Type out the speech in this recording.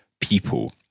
people